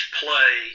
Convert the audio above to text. play